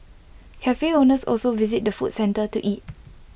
Cafe owners also visit the food centre to eat